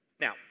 Now